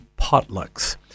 potlucks